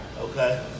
Okay